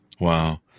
Wow